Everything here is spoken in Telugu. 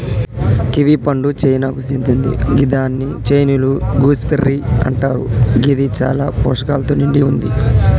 కివి పండు చైనాకు సేందింది గిదాన్ని చైనీయుల గూస్బెర్రీ అంటరు గిది చాలా పోషకాలతో నిండి వుంది